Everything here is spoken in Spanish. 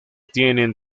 tienen